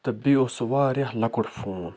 تہٕ بیٚیہِ اوس سُہ واریاہ لۄکُٹ فون